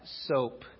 soap